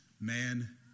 man